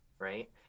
right